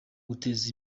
guteza